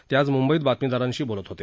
ते आज म्ंबईत बातमीदारांशी बोलत होते